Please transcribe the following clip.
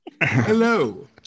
Hello